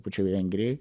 pačioj vengrijoj